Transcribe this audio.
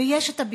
ויש הביקורת,